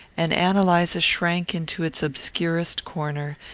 and ann eliza shrank into its obscurest corner,